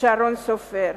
שרון סופר.